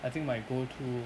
I think my go to